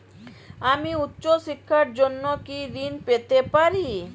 আমি উচ্চশিক্ষার জন্য কি ঋণ পেতে পারি?